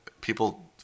people